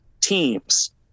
teams